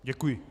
Děkuji.